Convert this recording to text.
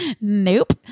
nope